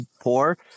poor